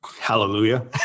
Hallelujah